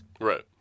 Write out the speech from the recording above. Right